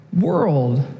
world